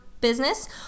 business